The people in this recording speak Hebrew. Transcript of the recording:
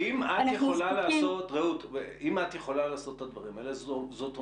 את יכולה לעשות את הדברים האלה זאת אומרת,